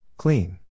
Clean